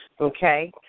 okay